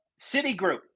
Citigroup